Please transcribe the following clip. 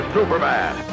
Superman